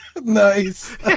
Nice